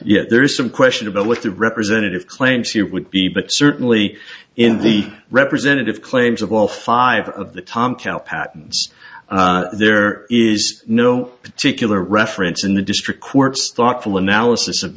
yet there is some question about what the representative claimed she would be but certainly in the representative claims of all five of the tom cowpat there is no particular reference in the district courts thoughtful analysis of